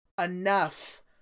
enough